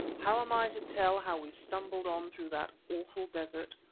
how am i to tell how we stumbled on through that awful desert,